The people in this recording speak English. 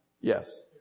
Yes